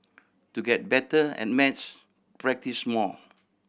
to get better at maths practise more